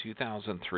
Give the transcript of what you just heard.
2003